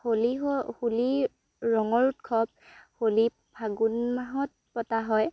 হোলী হোলী ৰঙৰ উৎসৱ হোলী ফাগুণ মাহত পতা হয়